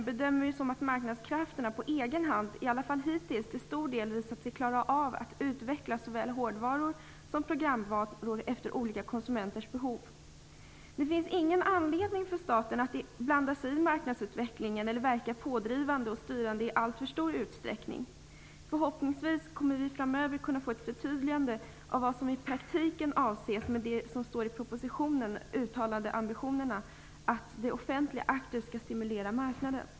Där bedömer vi att marknadskrafterna i varje fall hittills till stor del visat sig klara av att på egen hand utveckla såväl hårdvaror som programvaror efter olika konsumenters behov. Det finns ingen anledning för staten att blanda sig i marknadsutvecklingen eller att verka pådrivande och styrande i alltför stor utsträckning. Förhoppningsvis kommer vi framöver att kunna få ett förtydligande av vad som i praktiken avses med det som står i propositionen om att det offentliga aktivt skall stimulera marknaden.